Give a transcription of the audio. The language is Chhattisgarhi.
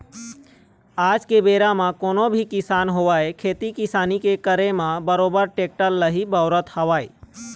आज के बेरा म कोनो भी किसान होवय खेती किसानी के करे म बरोबर टेक्टर ल ही बउरत हवय